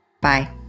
Bye